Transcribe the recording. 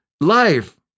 life